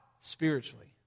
spiritually